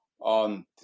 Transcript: on